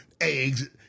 eggs